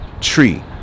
tree